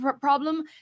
problem